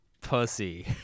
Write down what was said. pussy